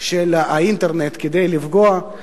של האינטרנט כדי לפגוע,